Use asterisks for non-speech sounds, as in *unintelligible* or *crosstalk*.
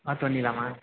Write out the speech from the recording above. *unintelligible*